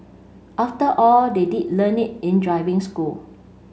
after all they did learn it in driving school